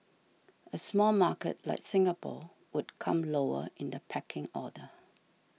a small market like Singapore would come lower in the pecking order